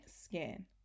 skin